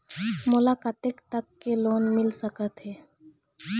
मोला कतेक तक के लोन मिल सकत हे?